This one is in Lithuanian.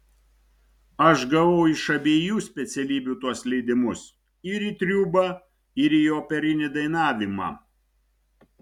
aš gavau iš abiejų specialybių tuos leidimus ir į triūbą ir į operinį dainavimą